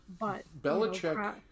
Belichick